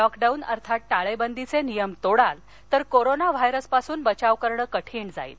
lockdown अर्थात टाळखीच वियम तोडाल तर कोरोना व्हायरस पासून बघाव करणक्रिठीण जाईल